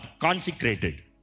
consecrated